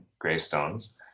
gravestones